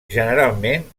generalment